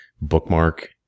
bookmark